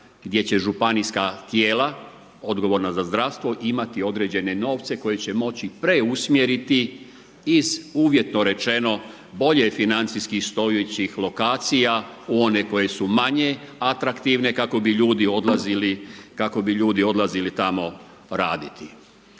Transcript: gdje će županijska tijela, odgovorna za zdravstvo, imati određene novce, koje će moći preusmjeriti iz uvjetno rečeno, bolje financijskih stojećih lokacija, u one koje su manje atraktivne kako bi ljudi odlazili tamo raditi.